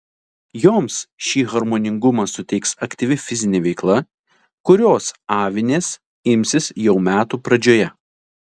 joms šį harmoningumą suteiks aktyvi fizinė veikla kurios avinės imsis jau metų pradžioje